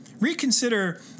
Reconsider